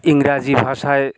ইংরাজি ভাষায়